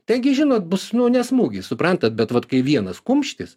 taigi žinot bus nu ne smūgis suprantat bet vat kai vienas kumštis